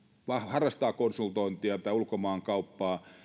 harrastaa konsultointia tai ulkomaankauppaa